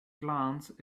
glance